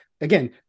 again